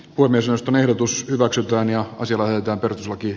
kun osaston ehdotus hyväksytään ja osin vähentää peruslaki